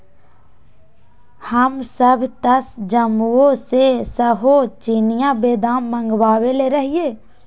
हमसभ तऽ जम्मूओ से सेहो चिनियाँ बेदाम मँगवएले रहीयइ